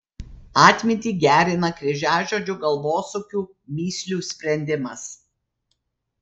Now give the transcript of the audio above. atmintį gerina kryžiažodžių galvosūkių mįslių sprendimas